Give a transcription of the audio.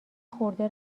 خورده